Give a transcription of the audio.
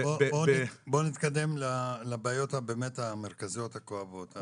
בוא נתקדם לבעיות באמת המרכזיות הכואבות,